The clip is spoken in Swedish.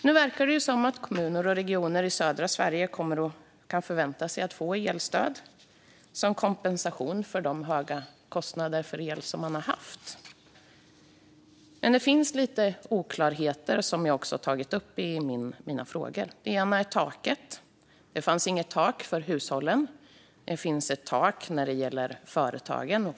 Nu verkar det som att kommuner och regioner i södra Sverige kan förvänta sig att få elstöd som kompensation för de höga kostnader för el som man haft. Men det finns lite oklarheter som jag också tagit upp i mina frågor. Det gäller bland annat taket. Det fanns inget tak för hushållen, men det finns ett tak för företagen.